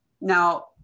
now